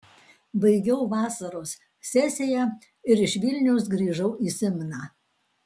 baigiau vasaros sesiją ir iš vilniaus grįžau į simną